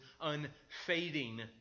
unfading